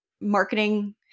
marketing